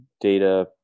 data